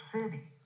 city